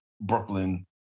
Brooklyn